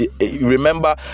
Remember